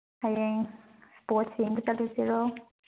ꯍꯌꯦꯡ ꯏꯁꯄꯣꯔꯠꯁ ꯌꯦꯡꯕ ꯆꯠꯂꯨꯁꯤꯔꯣ